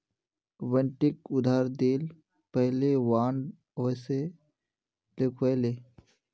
बंटिक उधार दि ल पहले बॉन्ड अवश्य लिखवइ ले